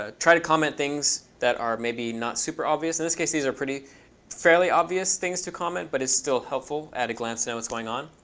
ah try to comment things that are maybe not super obvious in this case. these are pretty fairly obvious things to comment, but it's still helpful at a glance to know what's going on.